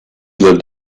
lived